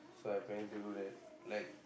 so I planning to do that like